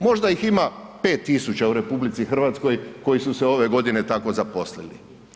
Možda ih ima 5.000 u RH koji su se ove godine tako zaposlili.